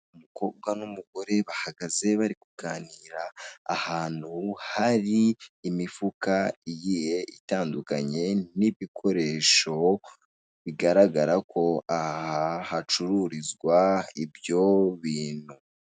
Umukobwa n'umugore bahagaze bari kuganira ahantu hari imifuka igiye itandukanye n'ibikoresho, bigaragara ko aha hacururizwa ibyo bintu.